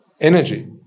energy